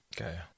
Okay